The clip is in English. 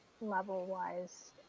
level-wise